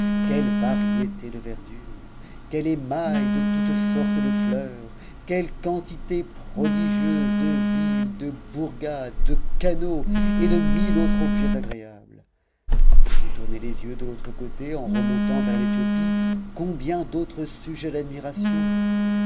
quelle variété de verdure quel émail de toutes sortes de fleurs quelle quantité prodigieuse de villes de bourgades de canaux et de mille autres objets agréables si vous tournez les yeux de l'autre côté en remontant vers l'éthiopie combien d'autres sujets d'admiration